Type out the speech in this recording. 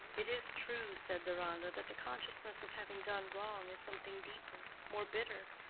it is true, said deronda, that the consciousness of having done wrong is something deeper, more bitter.